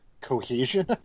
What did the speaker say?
Cohesion